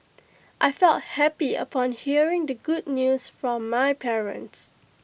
I felt happy upon hearing the good news from my parents